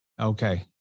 Okay